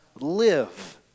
live